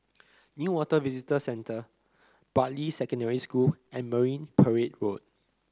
Newater Visitor Centre Bartley Secondary School and Marine Parade Road